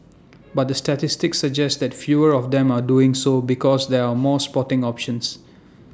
but the statistics suggest that fewer of them are doing so because there are more sporting options